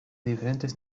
diferentes